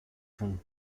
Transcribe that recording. from